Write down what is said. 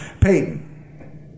Payton